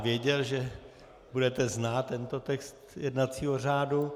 Věděl jsem, že budete znát tento text jednacího řádu.